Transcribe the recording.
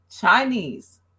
Chinese